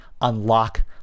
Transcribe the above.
unlock